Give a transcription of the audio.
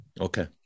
okay